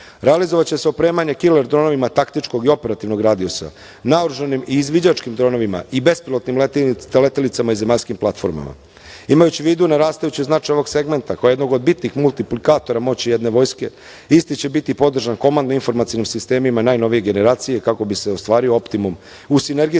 Realizovaće se opremanje kiler dronovima taktičkog i operativnog radijusa, naoružanim i izviđačkim dronovima i bespilotnim letelicama i zemaljskim platformama. Imajući u vidu narastajući značaj ovog segmenta, kao jednog od bitnih multiplikatora moći jedne vojske, isti će biti podržan komandno-informacionim sistemima jedne generacije, kako bi se ostvario optimum u sinergijskom